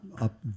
up